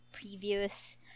previous